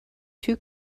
two